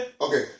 Okay